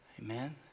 Amen